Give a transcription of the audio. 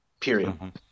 Period